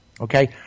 okay